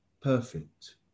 Perfect